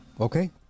Okay